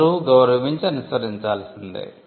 అందరు గౌరవించి అనుసరించాల్సిందే